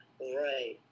Right